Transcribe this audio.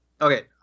Okay